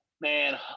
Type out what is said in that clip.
Man